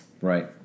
Right